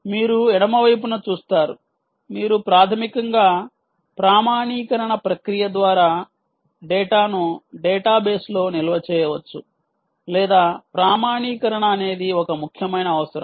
మీరు ఎడమ వైపున చూస్తారు మీరు ప్రాథమికంగా ప్రామాణీకరణ ప్రక్రియ ద్వారా డేటాను డేటాబేస్లో నిల్వ చేయవచ్చు లేదా ప్రామాణీకరణ అనేది ఒక ముఖ్యమైన అవసరం